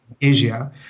Asia